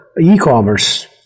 e-commerce